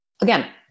again